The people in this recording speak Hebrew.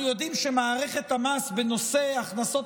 אנחנו יודעים שמערכת המס בנושא הכנסות